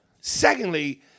Secondly